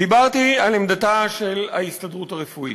דיברתי על עמדתה של ההסתדרות הרפואית.